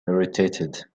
irritated